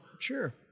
sure